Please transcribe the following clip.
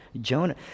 Jonah